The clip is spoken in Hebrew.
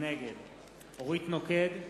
נגד אורית נוקד,